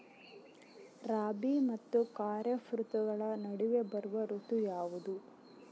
ರಾಬಿ ಮತ್ತು ಖಾರೇಫ್ ಋತುಗಳ ನಡುವೆ ಬರುವ ಋತು ಯಾವುದು?